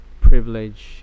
privilege